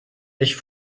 ich